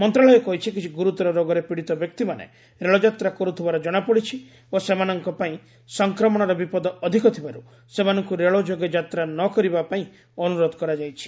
ମନ୍ତ୍ରଣାଳୟ କହିଛି କିଛି ଗୁରୁତର ରୋଗରେ ପୀଡ଼ିତ ବ୍ୟକ୍ତିମାନେ ରେଳଯାତ୍ରା କର୍ଥିବାର ଜଣାପଡ଼ିଛି ଓ ସେମାନଙ୍କ ପାଇଁ ସଂକ୍ରମଣର ବିପଦ ଅଧିକ ଥିବାରୁ ସେମାନଙ୍କୁ ରେଳ ଯୋଗେ ଯାତ୍ରା ନ କରିବାଲାଗି ଅନୁରୋଧ କରାଯାଇଛି